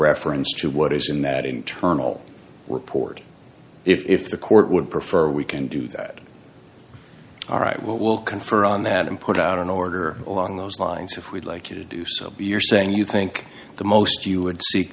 reference to what is in that internal report if the court would prefer we can do that all right will confer on that and put out an order along those lines if we'd like you to do so you're saying you think the most you would s